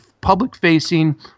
public-facing